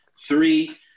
Three